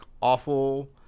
awful